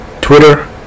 Twitter